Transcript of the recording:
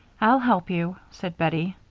i'll help you, said bettie.